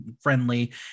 friendly